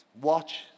Watch